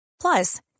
plus